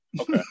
Okay